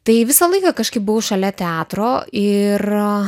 tai visą laiką kažkaip buvau šalia teatro ir